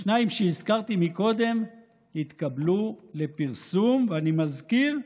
השניים שהזכרתי קודם התקבלו לפרסום, ואני מזכיר: